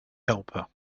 helper